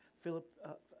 Philip